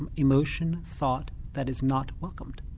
and emotion, thought that is not welcomed.